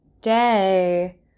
day